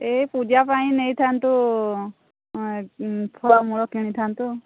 ଏ ପୂଜା ପାଇଁ ନେଇଥାନ୍ତୁ ଫଳମୂଳ କିଣିଥାନ୍ତୁ